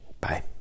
Bye